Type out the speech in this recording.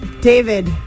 David